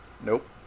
Nope